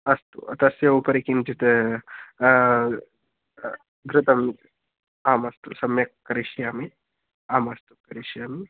अस्तु तस्य उपरि किञ्चित् घृतम् आम् अस्तु सम्यक् करिष्यामि आम् अस्तु करिष्यामि